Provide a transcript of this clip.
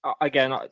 Again